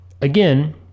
again